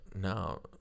no